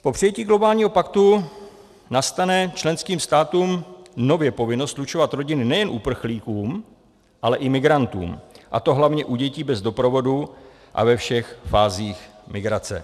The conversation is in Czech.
Po přijetí globálního paktu nastane členským státům nově povinnost slučovat rodiny nejen uprchlíkům, ale i migrantům, a to hlavně u dětí bez doprovodu a ve všech fázích migrace.